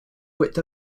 width